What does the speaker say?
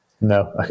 No